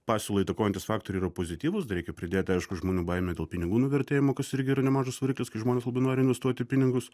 pasiūlą įtakojantys faktoriai yra pozityvūs dar reikia pridėti aišku žmonių baimę dėl pinigų nuvertėjimo irgi yra nemažas variklis kai žmonės labai nori investuoti pinigus